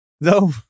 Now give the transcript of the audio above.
No